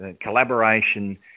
Collaboration